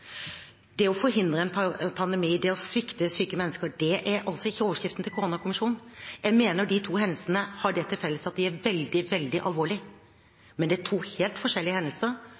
Det å forhindre en pandemi, det å svikte syke mennesker, er altså ikke overskriften til koronakommisjonen. Jeg mener at de to hendelsene har det til felles at de er veldig, veldig alvorlige, men det er to helt forskjellige hendelser,